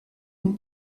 une